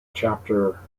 chapter